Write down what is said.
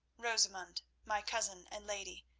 rosamund, my cousin and lady,